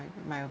my